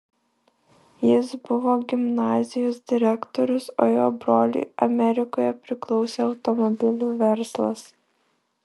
jis buvo gimnazijos direktorius o jo broliui amerikoje priklausė automobilių verslas